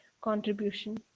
contribution